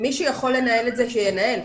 מי שיכול לנהל את זה, שינהל.